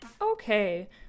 Okay